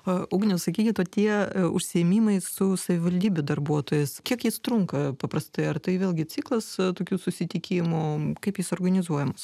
o ugniau sakykit o tie užsiėmimai su savivaldybių darbuotojais kiek jie trunka paprastai ar tai vėlgi ciklas tokių susitikimų kaip jis organizuojamas